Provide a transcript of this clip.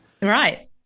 right